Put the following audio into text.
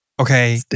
Okay